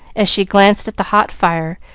as she glanced at the hot fire,